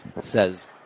says